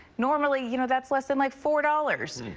normally you know that's less than like four dollars.